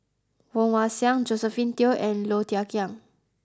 Woon Wah Siang Josephine Teo and Low Thia Khiang